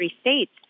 states